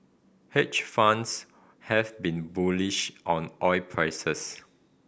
hedge funds have been bullish on oil prices